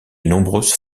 nombreuses